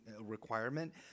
requirement